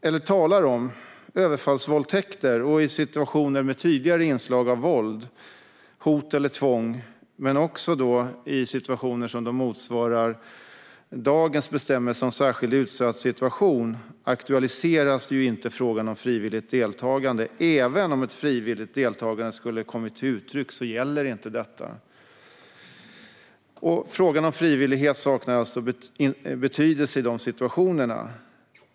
Om man talar om överfallsvåldtäkter och situationer med tydligare inslag av våld, hot eller tvång men också om situationer som motsvarar dagens bestämmelse om särskilt utsatt situation aktualiseras inte frågan om frivilligt deltagande. Även om ett frivilligt deltagande skulle ha kommit till uttryck gäller inte detta. Frågan om frivillighet saknar alltså betydelse i dessa situationer.